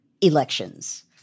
elections